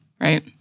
right